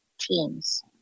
Teams